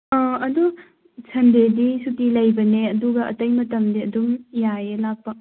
ꯑ ꯑꯗꯨ ꯁꯟꯗꯦꯗꯤ ꯁꯨꯇꯤ ꯂꯩꯕꯅꯦ ꯑꯗꯨꯒ ꯑꯇꯩ ꯃꯇꯝꯗꯤ ꯑꯗꯨꯝ ꯌꯥꯏꯌꯦ ꯂꯥꯛꯄ